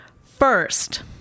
first